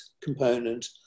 component